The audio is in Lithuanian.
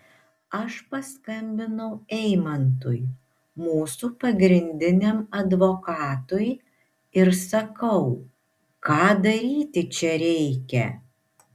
aš paskambinau eimantui mūsų pagrindiniam advokatui ir sakau ką daryti čia reikia